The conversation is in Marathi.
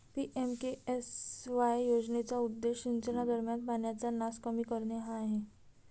पी.एम.के.एस.वाय योजनेचा उद्देश सिंचनादरम्यान पाण्याचा नास कमी करणे हा आहे